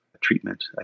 treatment